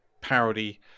parody